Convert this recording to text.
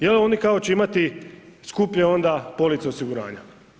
Je li oni kao će imati skuplje onda policu osiguranja?